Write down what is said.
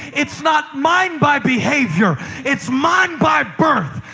it's not mine by behavior it's mine by birth.